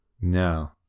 No